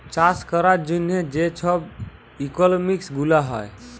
চাষ ক্যরার জ্যনহে যে ছব ইকলমিক্স গুলা হ্যয়